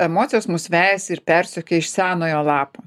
emocijos mus vejasi ir persekioja iš senojo lapo